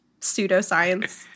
pseudoscience